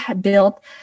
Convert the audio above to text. built